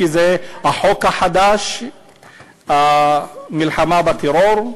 שזה החוק החדש למלחמה בטרור?